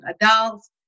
adults